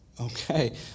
Okay